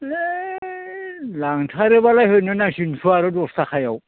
होइ लांथारोबालाय होनो नांसिगोनथ आरो दसथाखायाव